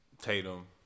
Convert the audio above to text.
Tatum